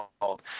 called